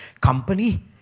company